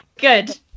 Good